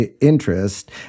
interest